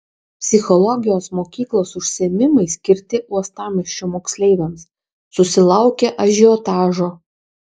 psichologijos mokyklos užsiėmimai skirti uostamiesčio moksleiviams susilaukė ažiotažo